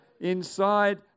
Inside